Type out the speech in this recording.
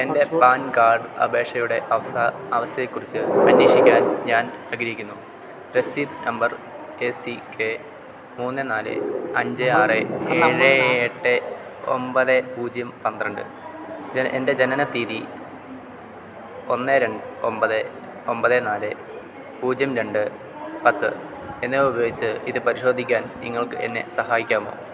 എൻ്റെ PAN card അപേക്ഷയുടെ അവസ്ഥയെകുറിച്ച് അന്വേഷിക്കാൻ ഞാൻ അഗ്രഹിക്കുന്നു റസീത് നമ്പർ കെ സി കെ മൂന്ന് നാല് അഞ്ച് ആറ് ഏഴ് എട്ട് ഒമ്പത് പൂജ്യം പന്ത്രണ്ട് എൻ്റെ ജനനതീയതി ഒന്ന് ഒമ്പത് ഒമ്പത് നാല് പുജ്യം രണ്ട് പത്ത് എന്നിവ ഉപയോഗിച്ച് ഇത് പരിശോധിക്കാൻ നിങ്ങൾക്ക് എന്നെ സഹായിക്കാമോ